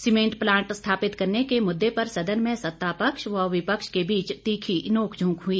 cement plant स्थापित करने के मुददे पर सदन में सत्ता पक्ष व विपक्ष के बीच तीखी नोंक झोंक हुई